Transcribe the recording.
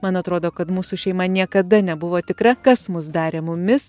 man atrodo kad mūsų šeima niekada nebuvo tikra kas mus darė mumis